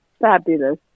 fabulous